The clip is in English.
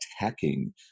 attacking